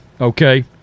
Okay